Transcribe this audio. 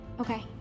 Okay